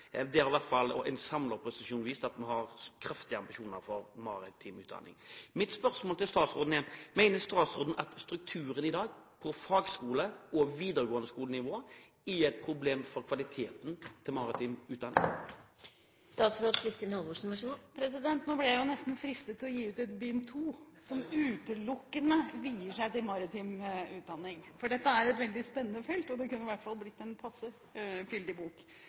og en samlet opposisjon har i hvert fall vist at vi har kraftige ambisjoner for maritim utdanning. Mitt spørsmål til statsråden er: Mener statsråden at strukturen på fagskole- og videregående skolenivå i dag er et problem for kvaliteten til maritim utdanning? Nå ble jeg nesten fristet til å gi ut et bind to som utelukkende vier seg til maritim utdanning, for dette er et veldig spennende felt, og det kunne i hvert fall blitt en passe fyldig bok.